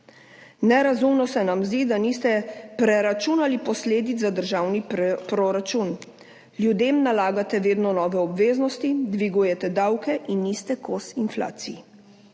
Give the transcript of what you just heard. Nerazumno se nam zdi, da niste preračunali posledic za državni proračun. Ljudem nalagate vedno nove obveznosti, dvigujete davke in niste kos inflaciji.